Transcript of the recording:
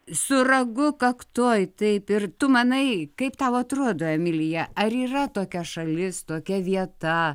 su ragu kaktoj taip ir tu manai kaip tau atrodo emilija ar yra tokia šalis tokia vieta